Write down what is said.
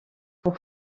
pour